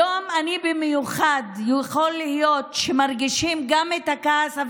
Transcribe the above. יכול להיות שמרגישים היום גם את הכעס,